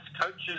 Coaches